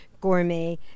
gourmet